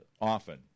often